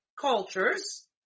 cultures